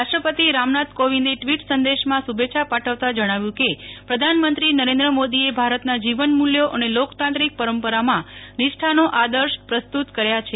રાષ્ટ્રપતિ રામનાથ કોવિંદે ટ્વીટ સંદેશમાં શુભેચ્છા પાઠવતા જણાવ્યું કે પ્રધાનમંત્રી નરેન્દ્ર મોદીએ ભારતના જીવનમૂલ્યો અને લોકતાંત્રિક પરંપરામાં નિષ્ઠાનો આદર્શ પ્રસ્તુત કર્યા છે